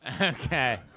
Okay